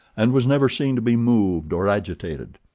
and was never seen to be moved or agitated.